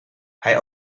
hij